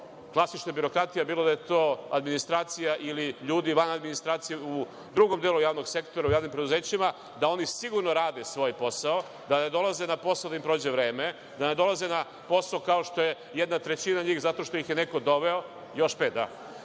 klasična birokratija, bilo da je to administracija ili ljudi van administracije u drugom delu javnog sektora, u javnim preduzećima, da oni sigurno rade svoj posao, da ne dolaze na posao da im prođe vreme, da ne dolaze na posao kao što je jedna trećina njih zato što ih je neko doveo jer